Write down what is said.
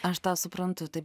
aš tą suprantu taip